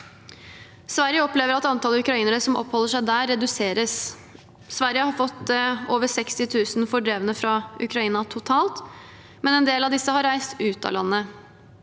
Sverige opplever at antall ukrainere som oppholder seg der, reduseres. Sverige har fått over 60 000 fordrevne fra Ukraina totalt, men en del av disse har reist ut av landet.